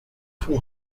for